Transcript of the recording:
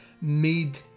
made